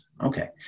Okay